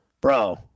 bro